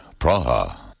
Praha